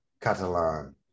Catalan